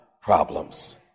problems